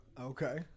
Okay